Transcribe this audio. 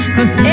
Cause